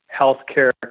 healthcare